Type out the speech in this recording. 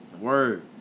Word